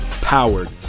powered